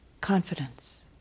confidence